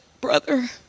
brother